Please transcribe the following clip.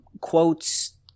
quotes